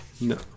No